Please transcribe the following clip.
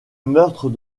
meurtre